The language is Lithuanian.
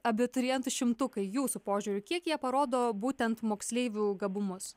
abiturientų šimtukai jūsų požiūriu kiek jie parodo būtent moksleivių gabumus